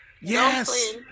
Yes